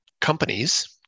companies